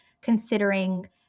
considering